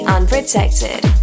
Unprotected